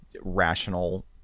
rational